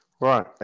Right